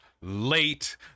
late